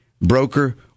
Broker